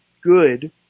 good